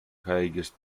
highest